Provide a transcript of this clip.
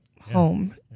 home